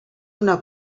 una